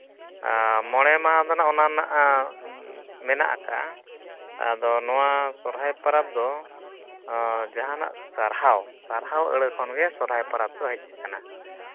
ᱦᱮᱸ ᱢᱚᱬᱮ ᱢᱟᱦᱟ ᱫᱚᱦᱟᱸᱜ ᱚᱱᱟ ᱨᱮᱱᱟᱜ ᱢᱮᱱᱟᱜ ᱠᱟᱜᱼᱟ ᱟᱫᱚ ᱱᱚᱣᱟ ᱥᱚᱦᱨᱟᱭ ᱯᱚᱨᱚᱵᱽ ᱫᱚ ᱡᱟᱦᱟᱱᱟᱜ ᱥᱟᱨᱦᱟᱣ ᱥᱟᱨᱦᱟᱣ ᱟᱹᱲᱟᱹ ᱠᱷᱚᱱᱜᱮ ᱥᱚᱦᱨᱟᱭ ᱯᱚᱨᱚᱵᱽ ᱫᱚ ᱦᱮᱡ ᱠᱟᱱᱟ